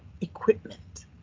equipment